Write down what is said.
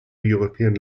european